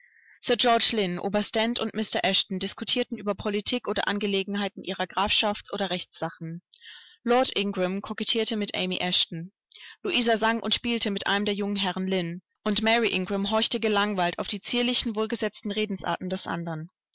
und mr eshton diskutierten über politik oder angelegenheiten ihrer grafschaft oder rechtssachen lord ingram kokettierte mit amy eshton louisa sang und spielte mit einem der jungen herren lynn und mary ingram horchte gelangweilt auf die zierlichen wohlgesetzten redensarten des andern